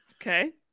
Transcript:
Okay